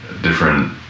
different